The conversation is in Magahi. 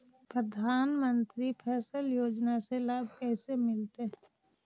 प्रधानमंत्री फसल योजना के लाभ कैसे मिलतै?